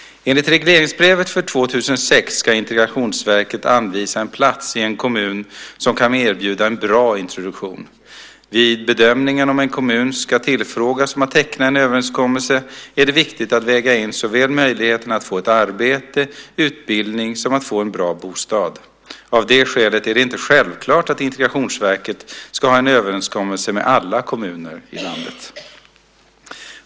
Enligt regleringsbrevet för 2006 ska Integrationsverket anvisa en plats i en kommun som kan erbjuda bra introduktion. Vid bedömningen om en kommun ska tillfrågas om att teckna en överenskommelse är det viktigt att väga in såväl möjligheterna att få arbete och utbildning som att få en bra bostad. Av det skälet är det inte självklart att Integrationsverket ska ha överenskommelser med alla kommuner i landet.